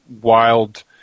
wild